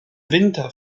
winter